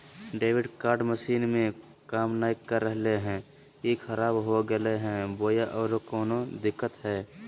Debit card machine में काम नाय कर रहले है, का ई खराब हो गेलै है बोया औरों कोनो दिक्कत है?